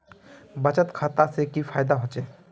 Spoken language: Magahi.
बचत खाता से की फायदा होचे?